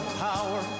power